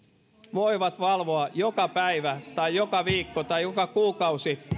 voivat valvoa joka päivä tai joka viikko tai joka kuukausi